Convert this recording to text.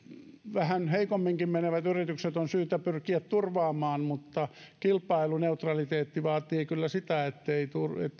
vähän heikomminkin menevät yritykset on syytä pyrkiä turvaamaan mutta kilpailuneutraliteetti vaatii kyllä sitä